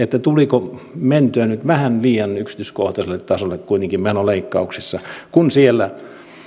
tuliko mentyä vähän liian yksityiskohtaiselle tasolle menoleikkauksissa kun siellä